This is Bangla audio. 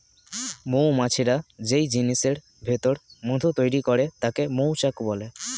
মৌমাছিরা যেই জিনিসের ভিতর মধু তৈরি করে তাকে মৌচাক বলে